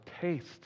taste